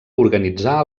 organitzà